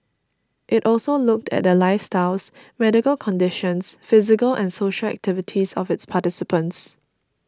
it also looked at the lifestyles medical conditions physical and social activities of its participants